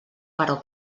però